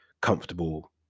comfortable